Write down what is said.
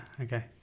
okay